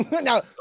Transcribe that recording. Now